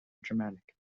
dramatic